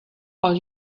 all